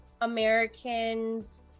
Americans